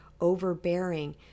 overbearing